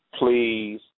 Please